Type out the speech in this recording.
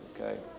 Okay